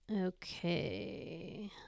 Okay